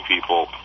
people